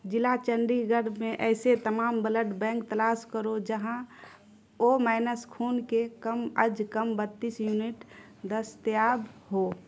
ضلع چندی گڑھ میں ایسے تمام بلڈ بینک تلاش کرو جہاں او مائنس خون کے کم از کم بتیس یونٹ دستیاب ہوں